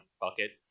bucket